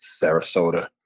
Sarasota